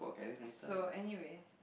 so anyway